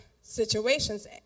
situations